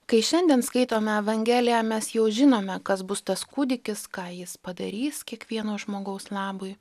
kai šiandien skaitome evangeliją mes jau žinome kas bus tas kūdikis ką jis padarys kiekvieno žmogaus labui